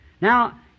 Now